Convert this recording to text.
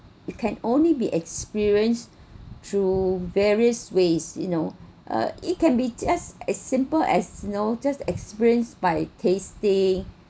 it can only be experienced through various ways you know uh it can be just as simple as you know just experience by tasting